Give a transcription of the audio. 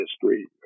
history